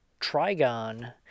Trigon